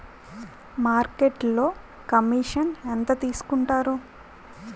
మార్కెట్లో కమిషన్ ఎంత తీసుకొంటారు?